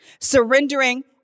Surrendering